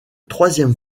troisième